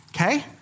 Okay